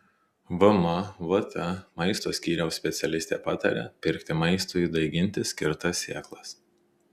vmvt maisto skyriaus specialistė pataria pirkti maistui daiginti skirtas sėklas